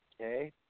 okay